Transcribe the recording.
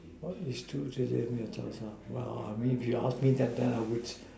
what is true true to left me the child child well I mean if you ask me that I guess I have to